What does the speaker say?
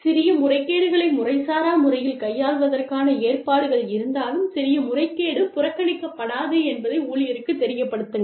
சிறிய முறைகேடுகளை முறைசாரா முறையில் கையாள்வதற்கான ஏற்பாடுகள் இருந்தாலும் சிறிய முறைகேடு புறக்கணிக்கப்படாது என்பதை ஊழியருக்குத் தெரியப்படுத்துங்கள்